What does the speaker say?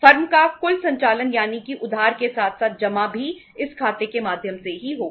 firm का कुल संचालन यानी कि उधार के साथ साथ जमा भी इस खाते के माध्यम से ही होगा